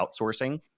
outsourcing